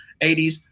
80s